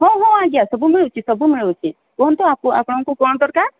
ହଁ ହଁ ଆଜ୍ଞା ସବୁ ମିଳୁଛି ସବୁ ମିଳୁଛି କୁହନ୍ତୁ ଆପଣଙ୍କୁ କ'ଣ ଦରକାର